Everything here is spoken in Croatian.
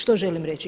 Što želim reći?